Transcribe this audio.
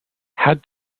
had